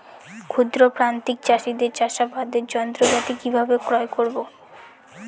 ক্ষুদ্র প্রান্তিক চাষীদের চাষাবাদের যন্ত্রপাতি কিভাবে ক্রয় করব?